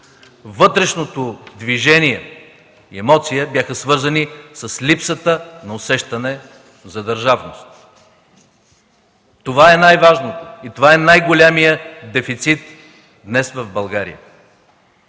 вътрешното движение и емоция бяха свързани с липсата на усещане за държавност. Това е най-важното и е най-големият дефицит днес в България.